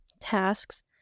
tasks